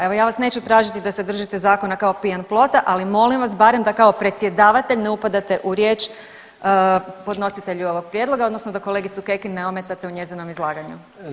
Evo ja vas neću tražiti da se držite zakona kao pijan plota, ali molim vas barem da kao predsjedavatelj ne upadate u riječ podnositelju ovog prijedloga, odnosno da kolegicu Kekin ne ometate u njezinom izlaganju.